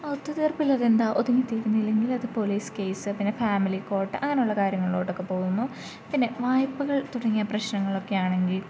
ഒത്തുതീർപ്പിൽ അത് എന്താണ് ഒതുങ്ങി തീരുന്നില്ലങ്കിൽ അത് പോലീസ് കേസ് പിന്നെ ഫാമിലി കോർട്ട് അങ്ങനെയുള്ള കാര്യങ്ങളിലോട്ട് ഒക്കെ പോകുന്നു പിന്നെ വായ്പകൾ തുടങ്ങിയ പ്രശ്നങ്ങൾ ഒക്കെ ആണെങ്കിൽ